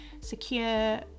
secure